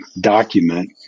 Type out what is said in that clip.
document